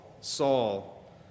Saul